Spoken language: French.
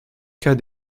cas